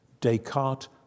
Descartes